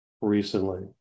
recently